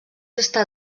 està